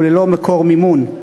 וללא מקור מימון.